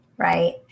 Right